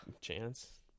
chance